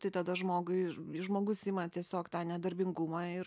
tai tada žmogui žmogus ima tiesiog tą nedarbingumą ir